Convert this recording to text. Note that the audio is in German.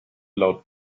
laut